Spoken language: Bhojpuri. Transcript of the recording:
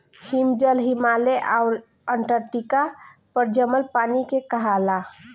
हिमजल, हिमालय आउर अन्टार्टिका पर जमल पानी के कहाला